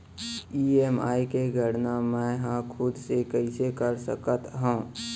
EMI के गड़ना मैं हा खुद से कइसे कर सकत हव?